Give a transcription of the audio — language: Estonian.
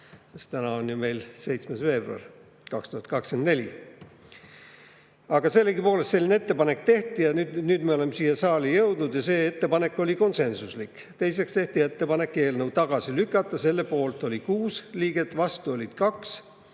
täna on 7. veebruar 2024. Sellegipoolest selline ettepanek tehti ja nüüd me oleme siia saali jõudnud ja see ettepanek oli konsensuslik. Teiseks tehti ettepanek eelnõu tagasi lükata, selle poolt oli 6 liiget, vastu oli 2.